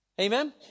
Amen